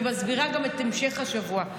ומסבירה גם את המשך השבוע.